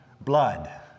blood